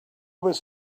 was